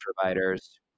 providers